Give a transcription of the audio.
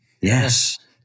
Yes